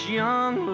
young